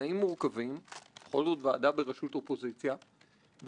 אני מציע לכולכם לא להסתפק רק בדברים הקצרים